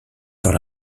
dans